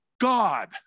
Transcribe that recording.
God